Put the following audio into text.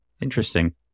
interesting